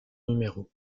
numéros